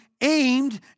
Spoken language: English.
aimed